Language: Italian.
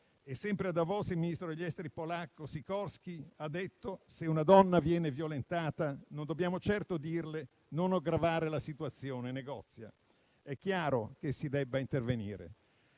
Sempre a Davos il ministro degli esteri polacco *Sikorski ha detto: se una donna viene violentata non dobbiamo certo dirle «non aggravare la situazione, negozia». È chiaro che si debba intervenire.*